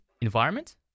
environment